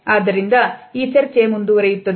ಆದ್ದರಿಂದ ಈ ಚರ್ಚೆ ಮುಂದುವರೆಯುತ್ತದೆ